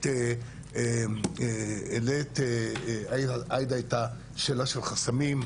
את השאלה של חסמים,